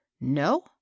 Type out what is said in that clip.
No